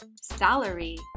salary